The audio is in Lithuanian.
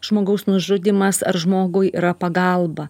žmogaus nužudymas ar žmogui yra pagalba